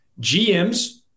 GMs